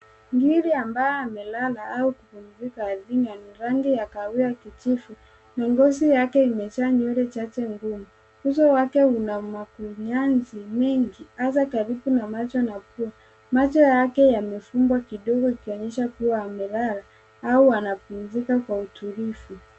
Ngiri ambayo amelala au kupumzika ardhini mwenye rangi ya kahawia kijivu na ngozi yake imejaa nywele chache. Uso wake una makunyanzi nyingi hasa karibu na macho na pua. Macho yake yamefumbwa kidogo ikionyesha kuwa amelala au anapumzika kwa utulivu.